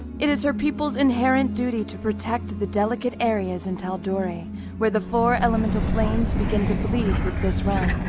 it is her people's inherent duty to protect the delicate areas in tal'dorei where the four elemental planes begin to bleed with this realm.